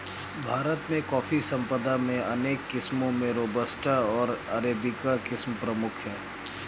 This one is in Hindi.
भारत में कॉफ़ी संपदा में अनेक किस्मो में रोबस्टा ओर अरेबिका किस्म प्रमुख है